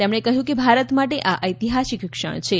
તેમણે કહ્યું કે ભારત માટે આ ઐતિહાસિક ક્ષણ છે